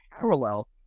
parallel